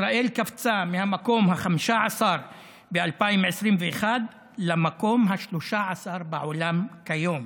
ישראל קפצה מהמקום ה-15 ב-2021 למקום ה-13 בעולם כיום.